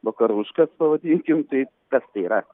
vakaruškas pavadinkim tai kas tai yra